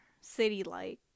City-like